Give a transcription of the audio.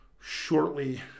shortly